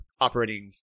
operating